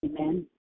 Amen